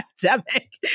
pandemic